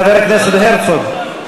חבר הכנסת הרצוג,